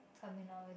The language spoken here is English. terminology